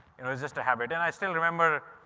it was just a habit. and i still remember,